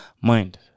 mind